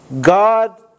God